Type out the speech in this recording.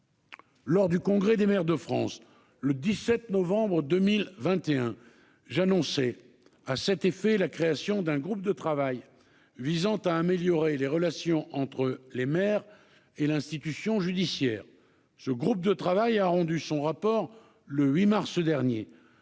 lors du Congrès des maires de France du 17 novembre 2021, j'annonçais à cet effet la création d'un groupe de travail visant à améliorer les relations entre les maires et l'institution judiciaire. Ce groupe de travail a rendu son rapport le 8 mars dernier,